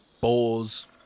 boars